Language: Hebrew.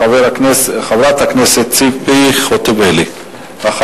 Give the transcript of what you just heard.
חברת הכנסת ציפי חוטובלי, בבקשה, גברתי.